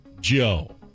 Joe